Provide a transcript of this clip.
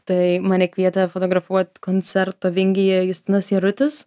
tai mane kvietė fotografuot koncerto vingyje justinas jarutis